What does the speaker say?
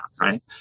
Right